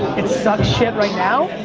it sucks shit right now.